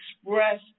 express